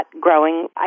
growing